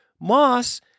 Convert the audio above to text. Moss